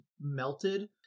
melted